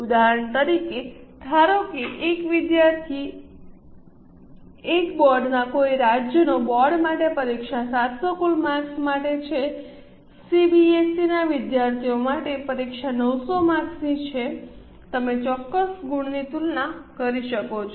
ઉદાહરણ તરીકે ધારો કે એક વિદ્યાર્થી એક બોર્ડના કોઈ રાજ્યનો બોર્ડ માટે પરીક્ષા 700 કુલ માર્કસ માટે છે સીબીએસઈના વિદ્યાર્થીઓ માટે પરીક્ષા 900 માર્કસ ની છે તમે ચોક્કસ ગુણની તુલના કરી શકો છો